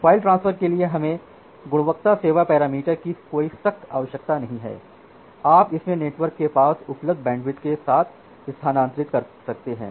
file transfer के लिए हमें गुणवत्ता सेवा पैरामीटर की कोई सख्त आवश्यकता नहीं है आप इसमें नेटवर्क के पास उपलब्ध बैंडविड्थ के साथ स्थानांतरित कर सकते हैं